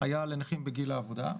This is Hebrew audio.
היה לנכים בגיל העבודה.